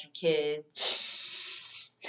kids